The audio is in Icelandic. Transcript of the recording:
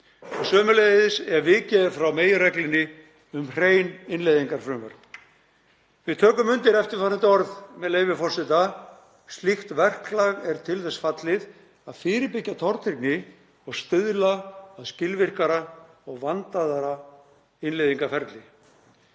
sömuleiðis ef vikið er frá meginreglunni um hrein innleiðingarfrumvörp. Við tökum undir eftirfarandi orð, með leyfi forseta: „Slíkt […] verklag er til þess fallið að fyrirbyggja tortryggni og stuðla að skilvirkara og vandaðra innleiðingarferli.“